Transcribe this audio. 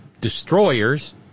destroyers